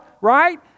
right